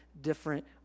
different